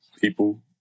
people